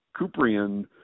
Kuprian